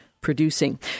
producing